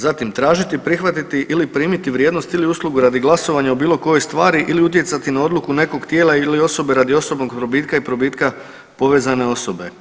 Zatim, tražiti, prihvatiti ili primiti vrijednost ili uslugu radi glasovanja u bilo kojoj stvari ili utjecati na odluku nekog tijela ili osobe radi osobnog probitka i probitka povezane osobe.